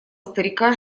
старика